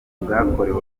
bwakorewe